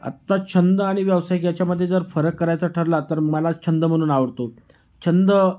आता छंद आणि व्यावसायिक याच्यामध्ये जर फरक करायचा ठरला तर मला छंद म्हणून आवडतो छंद